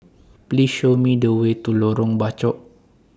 Please Show Me The Way to Lorong Bachok